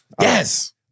Yes